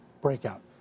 breakout